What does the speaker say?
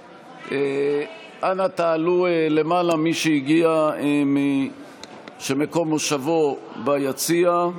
אנא תעלו למעלה, מי שמקום מושבו ביציע.